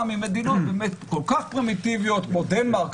ממדינות כל כך "פרימיטיביות" כמו דנמרק,